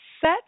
set